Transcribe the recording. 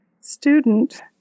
student